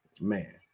Man